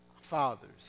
fathers